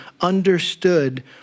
understood